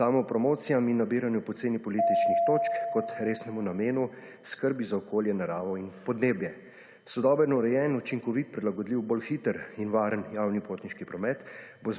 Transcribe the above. samopromocijam in nabiranju poceni političnih točk / znak za konec razprave/ kot resnemu namenu, skrbi za okolje, naravo in podnebje. Sodoben, urejen, učinkovit, prilagodljiv, bolj hiter in varen javni potniški promet,